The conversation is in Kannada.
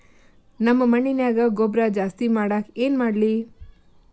ನಮ್ಮ ಮಣ್ಣಿನ್ಯಾಗ ಗೊಬ್ರಾ ಜಾಸ್ತಿ ಮಾಡಾಕ ಏನ್ ಮಾಡ್ಲಿ?